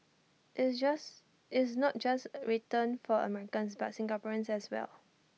IT is not just written for Americans but Singaporeans as well